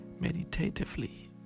meditatively